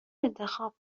انتخاب